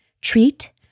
treat